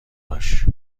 باش